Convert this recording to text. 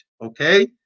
okay